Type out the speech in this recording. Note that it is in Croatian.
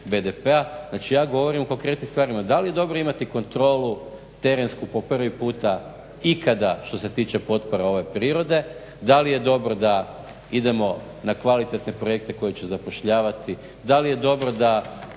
BDP-a, znači ja govorim o konkretnim stvarima. Da li je dobro imati kontrolu, terensku po prvi puta ikada što se tiče potpora ove prirode, da li je dobro da idemo na kvalitetne projekte koji će zapošljavati, da li je dobro da,